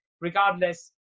regardless